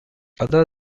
other